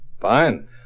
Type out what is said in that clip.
Fine